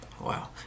Wow